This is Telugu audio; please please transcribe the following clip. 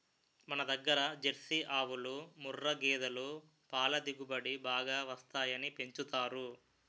మనదగ్గర జెర్సీ ఆవులు, ముఱ్ఱా గేదులు పల దిగుబడి బాగా వస్తాయని పెంచుతారు